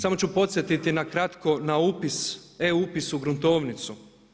Samo ću podsjetiti nakratko na upis, e-upis u gruntovnicu.